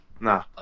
Nah